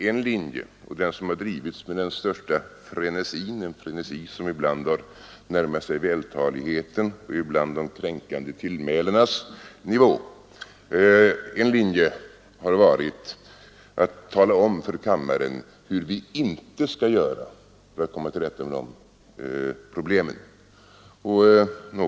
En linje — och den som har drivits med den största frenesin, en frenesi som ibland har närmat sig vältalighetens, ibland de kränkande tillmälenas nivå — har varit att tala om för kammaren hur vi inte skall göra för att komma till rätta med problemet.